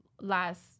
last